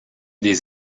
des